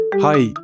Hi